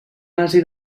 nazi